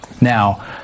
now